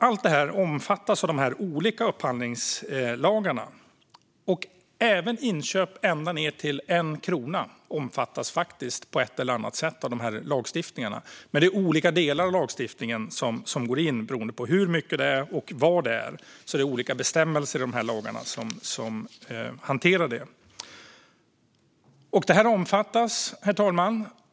Allt detta omfattas av olika upphandlingslagar. Även inköp ända ned till 1 krona omfattas på ett eller annat sätt av denna lagstiftning, men beroende på hur mycket det handlar om och vad det gäller hanterar olika bestämmelser i lagstiftningen detta. Herr talman!